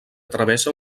travessa